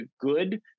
good